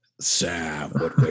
Sam